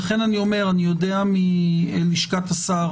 לכן אני אומר שאני יודע מלשכת השר